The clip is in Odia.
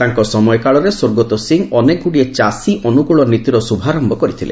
ତାଙ୍କ ସମୟକାଳରେ ସ୍ୱର୍ଗତ ସିଂହ ଅନେକଗୁଡ଼ିଏ ଚାଷୀ ଅନୁକୂଳ ନୀତିର ଶୁଭାରମ୍ଭ କରିଥିଲେ